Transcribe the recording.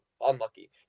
unlucky